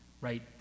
right